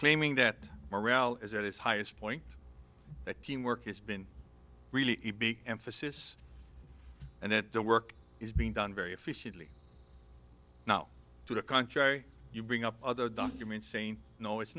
claiming that morale is at its highest point that teamwork has been really a big emphasis and that the work is being done very efficiently now to the contrary you bring up other documents saying no it's